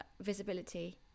visibility